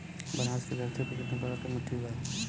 बनारस की धरती पर कितना प्रकार के मिट्टी बा?